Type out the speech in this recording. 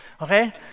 Okay